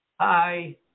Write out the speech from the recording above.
hi